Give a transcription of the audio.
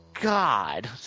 God